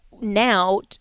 now